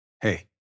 hey